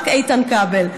רק איתן כבל.